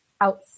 out